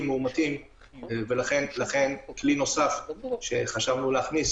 מאומתים ולכן זה כלי נוסף שחשבנו להכניס,